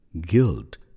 guilt